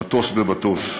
מטוס במטוס,